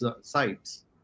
sites